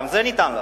גם זה ניתן לעשות,